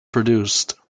produced